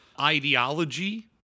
ideology-